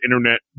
internet